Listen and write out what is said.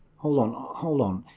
hold on, ah hold on.